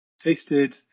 tasted